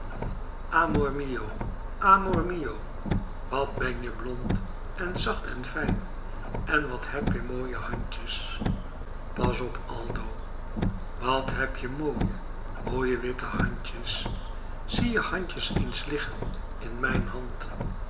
amor mio wat ben je blond en zacht en fijn en wat heb je mooie mooie handjes pas op aldo wat heb je mooie mooie witte handjes zie je handje eens liggen in mijn hand